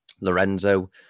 Lorenzo